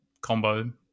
combo